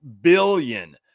billion